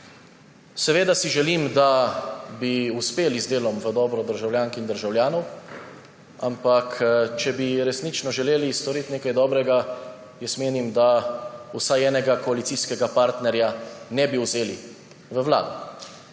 Seveda si želim, da bi uspeli z delom v dobro državljank in državljanov, ampak če bi resnično želeli storiti nekaj dobrega, menim, da vsaj enega koalicijskega partnerja ne bi vzeli v Vlado.